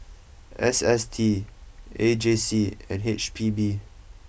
S S T A J C and H P B